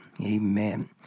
Amen